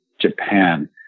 Japan